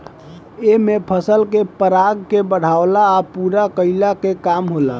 एमे फसल के पराग के बढ़ावला आ पूरा कईला के काम होला